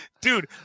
Dude